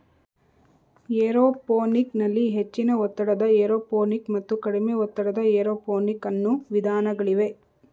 aeroponic ನಲ್ಲಿ ಹೆಚ್ಚಿನ ಒತ್ತಡದ ಏರೋಪೋನಿಕ್ ಮತ್ತು ಕಡಿಮೆ ಒತ್ತಡದ ಏರೋಪೋನಿಕ್ ಅನ್ನೂ ವಿಧಾನಗಳಿವೆ